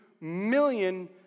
million